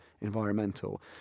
environmental